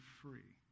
free